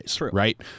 right